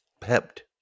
pepped